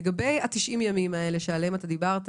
לגבי 90 הימים עליהם דיברת,